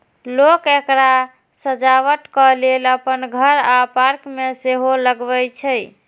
लोक एकरा सजावटक लेल अपन घर आ पार्क मे सेहो लगबै छै